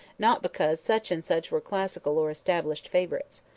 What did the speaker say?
not because such and such were classical or established favourites.